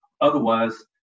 Otherwise